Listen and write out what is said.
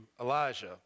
Elijah